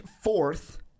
fourth